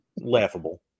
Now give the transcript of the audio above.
Laughable